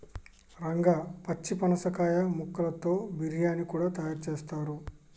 రంగా పచ్చి పనసకాయ ముక్కలతో బిర్యానీ కూడా తయారు చేస్తారు